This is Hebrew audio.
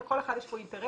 לכל אחד יש פה אינטרסים,